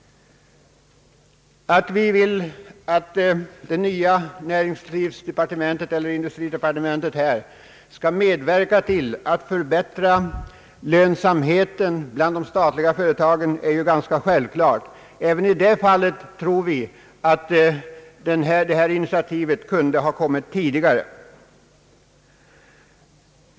Det är ju ganska självklart att vi vill att det nya industridepartementet skall bidra till att förbättra lönsamheten bland de statliga företagen. Även i det fallet anser vi att initiativet kunde ha kommit tidigare.